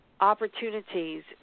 opportunities